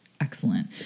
excellent